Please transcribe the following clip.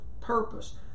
Purpose